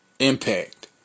Impact